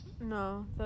no